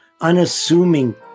unassuming